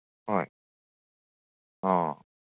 ꯍꯣꯏ ꯑꯣ